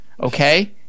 Okay